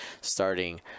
starting